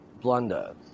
blunder